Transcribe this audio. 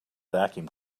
vacuum